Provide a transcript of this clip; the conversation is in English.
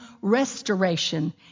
restoration